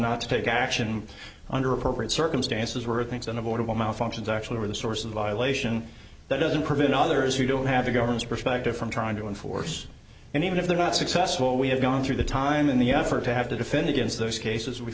not to take action under appropriate circumstances were things unavoidable malfunctions actually were the source of violation that doesn't prevent others who don't have the government's perspective from trying to enforce and even if they're not successful we have gone through the time in the effort to have to defend against those cases we